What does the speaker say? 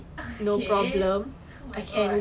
okay oh my god